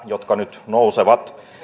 jotka nyt nousevat